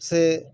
ᱥᱮ